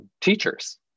teachers